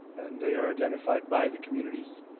and they are identified by the communities,